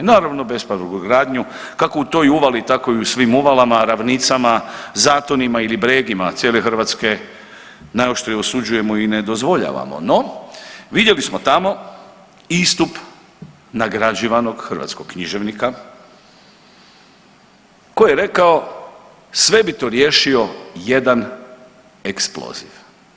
Naravno, bespravnu gradnju, tako u toj uvali, tako i u svim uvalama, ravnicama, zatonima ili bregima cijele Hrvatske najoštrije osuđujemo i ne dozvoljavamo, no vidjeli smo tamo istup nagrađivanog hrvatskog književnika, koji je rekao, sve bi to riješio jedan eksploziv.